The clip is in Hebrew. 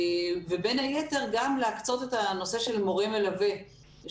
בין היתר גם להקצות את הנושא של מורה מלווה,